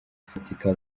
ifatika